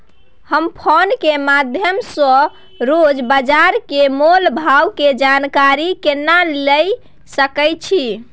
हम फोन के माध्यम सो रोज बाजार के मोल भाव के जानकारी केना लिए सके छी?